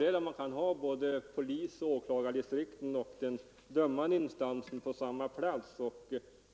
Det är till fördel om polis, åklagardistrikt och dömande instans finns på samma plats.